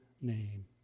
name